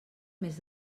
més